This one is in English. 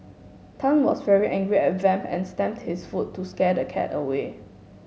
tan was very angry at Vamp and stamped his foot to scare the cat away